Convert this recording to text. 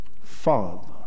father